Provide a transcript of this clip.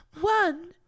One